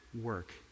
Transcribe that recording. work